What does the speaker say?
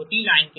ठीक है